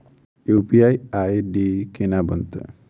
UPI ID केना बनतै?